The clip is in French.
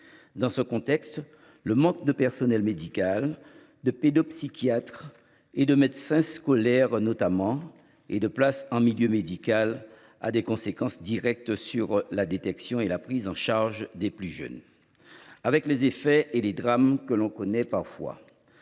Dans ce contexte, le manque de personnel médical, notamment de pédopsychiatres et de médecins scolaires, et de places en milieu médical a des conséquences directes sur la détection et la prise en charge des plus jeunes, avec les effets et les drames que l’on connaît parfois.